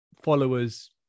followers